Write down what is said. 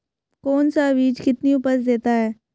कौन सा बीज कितनी उपज देता है?